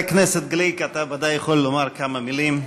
חבר הכנסת גליק, אתה ודאי יכול לומר כמה מילים.